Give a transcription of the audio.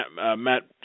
Matt